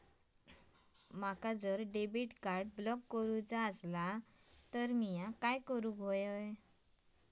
माका जर debit card block करूचा असला तर मी काय करू?